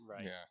Right